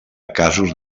casos